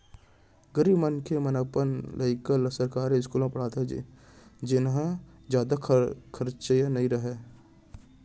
गरीब मनसे मन अपन लइका ल सरकारी इस्कूल म पड़हाथे जिंहा जादा खरचा नइ रहय